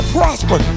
prosper